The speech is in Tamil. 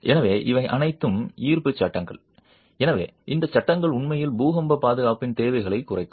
எனவே இவை அனைத்தும் ஈர்ப்பு சட்டகங்கள் எனவே இந்த கட்டிடங்கள் உண்மையில் பூகம்ப பாதுகாப்பின் தேவைகளைக் குறைக்கும்